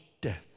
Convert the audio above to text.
death